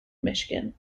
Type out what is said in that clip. michigan